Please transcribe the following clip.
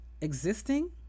existing